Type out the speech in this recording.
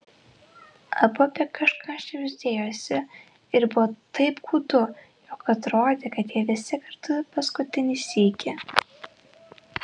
abu apie kažką šnibždėjosi ir buvo taip gūdu jog atrodė kad jie visi kartu paskutinį sykį